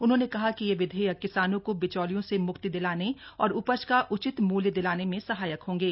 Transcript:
उन्होंने कहा कि यह विधेयक किसानों को बिचौलियों से म्क्ति दिलाने और उपज का उचित मूल्य दिलाने में सहायक होंगे